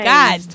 God